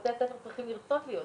בתי הספר צריכים לרצות להיות שם.